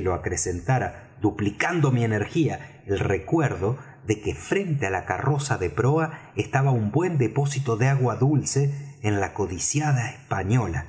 lo acrecentara duplicando mi energía el recuerdo de que frente á la carroza de proa estaba un buen depósito de agua dulce en la codiciada española